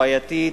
הבעייתית,